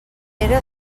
era